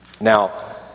Now